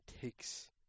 takes